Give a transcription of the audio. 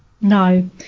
No